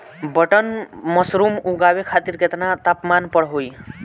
Button mushroom उगावे खातिर केतना तापमान पर होई?